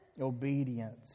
Obedience